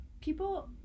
People